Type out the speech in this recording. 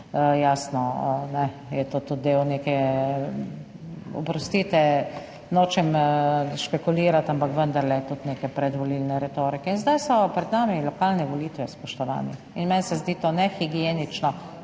jasno je to tudi del neke, oprostite, nočem špekulirati, ampak vendarle tudi neke predvolilne retorike. Sedaj so pred nami lokalne volitve, spoštovani, in meni se zdi to nehigienično,